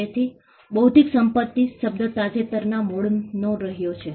તેથી બૌદ્ધિક સંપત્તિ શબ્દ તાજેતરના મૂળનો રહ્યો છે